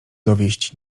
dowieść